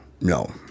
No